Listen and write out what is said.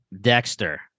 Dexter